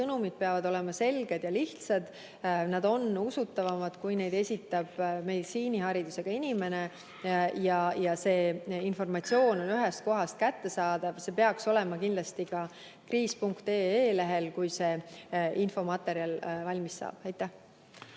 sõnumid peavad olema selged ja lihtsad. Nad on usutavamad, kui neid esitab meditsiiniharidusega inimene ja see informatsioon on ühest kohast kättesaadav. See peaks olema kindlasti ka kriis.ee lehel, kui see infomaterjal valmis saab. Ja